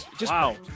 Wow